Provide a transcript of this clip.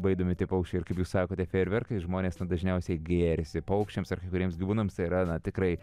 baidomi tie paukščiai ir kaip jūs sakote fejerverkais žmonės dažniausiai gėrisi paukščiams ar kai kuriems gyvūnams tai yra na tikrai